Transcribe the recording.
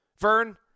Vern